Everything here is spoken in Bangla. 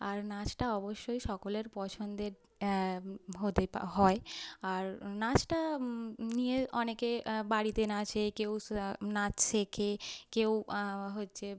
আর নাচটা অবশ্যই সকলের পছন্দের হতে পা হয় আর নাচটা নিয়ে অনেকে বাড়িতে নাচে কেউ স নাচ শেখে কেউ হচ্ছে